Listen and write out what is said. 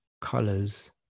colors